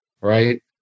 Right